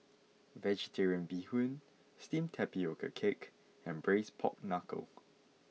Vegetarian Bee Hoon Steamed Tapioca Cake and Braised Pork Knuckle